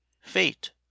Fate